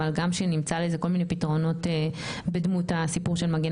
אבל גם שנמצא לזה כל מיני פתרונות בדמות הסיפור של מגן